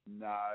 No